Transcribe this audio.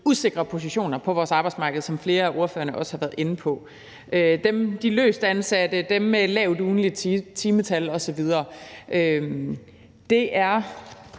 usikre positioner på vores arbejdsmarked, som flere af ordførerne også har været inde på: de løst ansatte, dem med et lavt ugentligt timetal osv. Det er